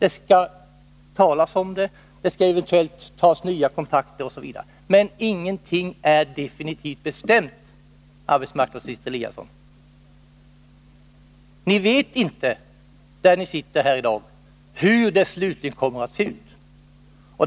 Eventuellt skall nya kontakter tas osv. Men ingenting är definitivt bestämt, arbetsmarknadsminister Eliasson. Ni vet inte, där ni i dag sitter, hur det slutligen kommer att bli.